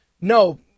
No